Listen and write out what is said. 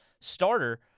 starter